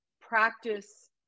practice